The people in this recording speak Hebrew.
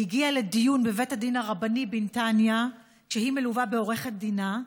והגיעה לדיון בבית הדין הרבני בנתניה כשהיא מלווה בעורכת דינה,